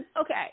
okay